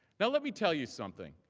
and let me tell you something.